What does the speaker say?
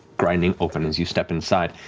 grinding open as you step inside.